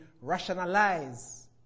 rationalize